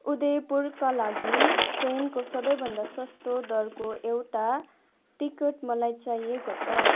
उदयपुरका लागि ट्रेनको सबैभन्दा सस्तो दरको एउटा टिकट मलाई चाहिएको छ